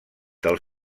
del